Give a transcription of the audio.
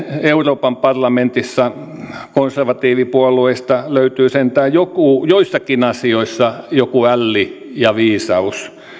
euroopan parlamentissa konservatiivipuolueista löytyy sentään joissakin asioissa joku älli ja viisaus